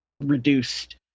reduced